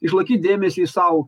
išlaikyt dėmesį sau